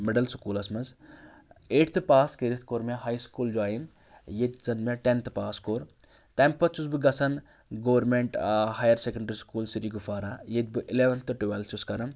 middle سکوٗلَس منٛز eighth pass کٔرِتھ کوٚر مےٚ ہایی سکوٗل جوٚیِن ییٚتہِ زَن مےٚ ٹٮ۪نتھٕ پاس کوٚر تَمہِ پَتہٕ چھُس بہٕ گژھان government higher secondary school Srigufwara ییٚتہِ بہٕ اِلٮ۪وَنتھٕ ٹُوَٮ۪لتھٕ چھُس کَران